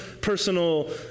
personal